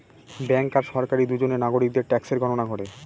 bank আর সরকারি দুজনে নাগরিকদের ট্যাক্সের গণনা করে